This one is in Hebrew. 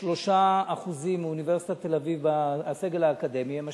ש-93% מהסגל האקדמי באוניברסיטת תל-אביב הם אשכנזים.